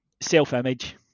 self-image